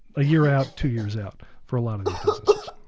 a year out, two years out for a lot of these businesses.